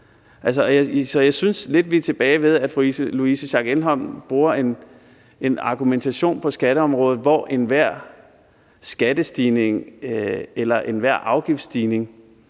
vi er tilbage ved, at fru Louise Schack Elholm bruger en argumentation på skatteområdet, hvor enhver skattestigning eller enhver afgiftsstigning